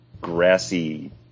grassy